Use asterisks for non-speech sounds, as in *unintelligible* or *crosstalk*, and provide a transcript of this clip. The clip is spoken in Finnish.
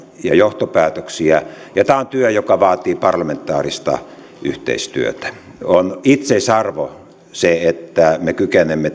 ja johtopäätöksiä ja tämä on työ joka vaatii parlamentaarista yhteistyötä on itseisarvo se että me kykenemme *unintelligible*